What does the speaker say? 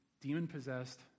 demon-possessed